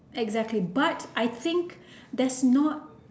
exactly but I think that's not